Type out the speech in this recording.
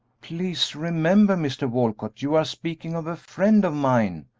please remember, mr. walcott, you are speaking of a friend of mine,